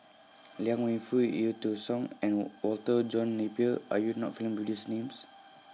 Liang Wenfu EU Tong Sen and Walter John Napier Are YOU not familiar with These Names